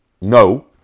no